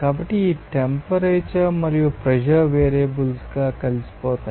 కాబట్టి ఈ టెంపరేచర్ మరియు ప్రెషర్ వేరియబుల్స్గా కలిసిపోతాయి